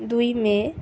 দুই মেয়ে